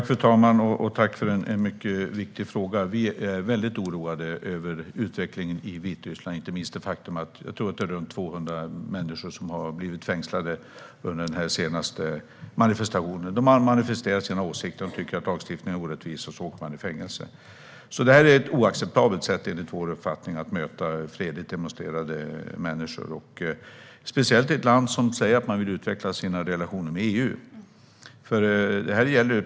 Fru talman! Tack för en mycket viktig fråga, Emilia Töyrä! Vi är väldigt oroade över utvecklingen i Vitryssland, inte minst över det faktum att runt 200 människor - tror jag att det var - fängslades under den senaste manifestationen. De har manifesterat sina åsikter om att lagstiftningen är orättvis och åkt i fängelse. Detta är enligt vår uppfattning ett oacceptabelt sätt att möta fredligt demonstrerande människor, speciellt i ett land vars ledning säger sig vilja utveckla relationerna med EU.